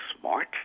smart